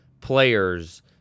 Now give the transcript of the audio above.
players